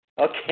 Okay